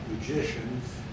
magicians